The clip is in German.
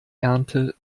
ernte